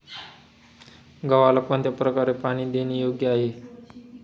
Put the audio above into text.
गव्हाला कोणत्या प्रकारे पाणी देणे योग्य आहे?